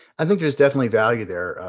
i think there's definitely value there.